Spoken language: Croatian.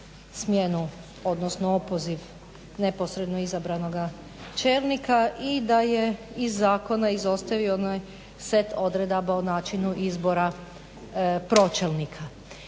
smjenu, odnosno opoziv neposredno izabranoga čelnika, i da je iz zakona izostavio onaj set odredaba o načinu izbora pročelnika.